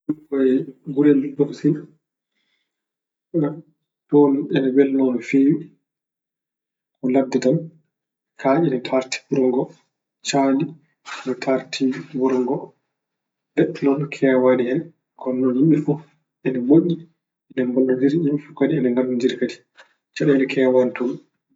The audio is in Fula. Ni- ko gurel tokosel. Toon ina welnoo no feewi. Ko ladde tan. Kaaƴe ina taarti wuro ngo. Caangli ina taarti wuro ngo. Leɗɗe noon keewaani hen. Kono noon yimɓe fof ine moƴƴi, ina mballondira. Yimɓe fof kadi ina nganndondiri kadi.